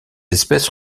espèce